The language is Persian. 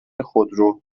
خودرو